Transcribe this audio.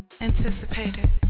anticipated